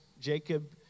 Jacob